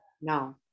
No